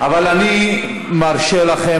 אבל אני אעשה את זה,